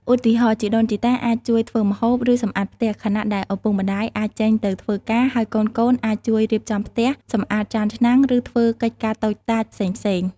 ឧទាហរណ៍ ជីដូនជីតាអាចជួយធ្វើម្ហូប ឬសម្អាតផ្ទះ ខណៈដែលឪពុកម្តាយអាចចេញទៅធ្វើការ ហើយកូនៗអាចជួយរៀបចំផ្ទះ សម្អាតចានឆ្នាំង ឬធ្វើកិច្ចការតូចតាចផ្សេងៗ។